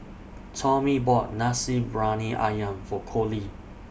Tommy bought Nasi Briyani Ayam For Collie